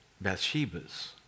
Bathsheba's